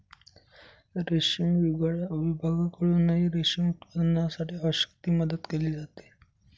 रेशीम विभागाकडूनही रेशीम उत्पादनासाठी आवश्यक ती मदत केली जाते